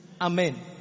Amen